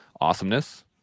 awesomeness